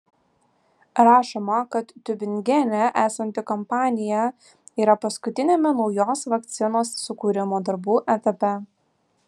rašoma kad tiubingene esanti kompanija yra paskutiniame naujos vakcinos sukūrimo darbų etape